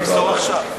לא, אתה תמסור עכשיו.